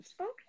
okay